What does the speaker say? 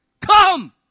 Come